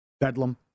Bedlam